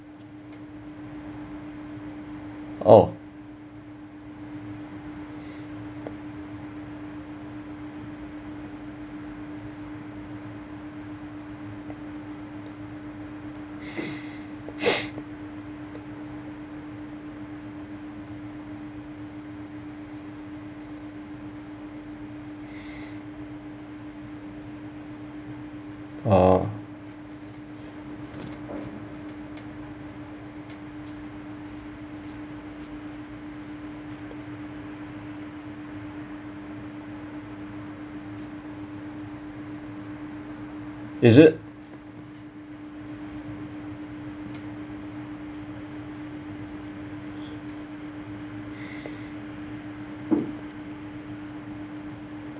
oh uh is it